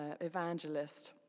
evangelist